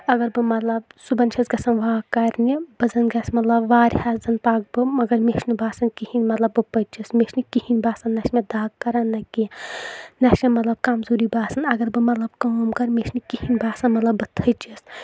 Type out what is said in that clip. اَگر بہٕ مطلب صُبحَن چھس گَژھان واک کَرنہِ بہٕ زَن گژھٕ مطلب واریاہس زَن پَکہٕ بہٕ مَگر مےٚ چھُنہٕ کہیٖنۍ باسان کہِ بہٕ پٔچِس مےٚ چھُنہٕ کِہیٖنۍ باسان نہ چھِ مےٚ دَغ کَران نہ کینٛہہ نہ چھُ مےٚ مطلب کَمزوری باسان اَگر بہٕ مطلب کٲم کَرٕ مےٚ چھنہٕ کہیٖنۍ باسان بہٕ تھٔچِس